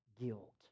guilt